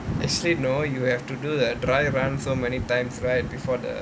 actually no you have to do the dry run so many times right before the